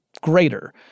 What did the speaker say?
greater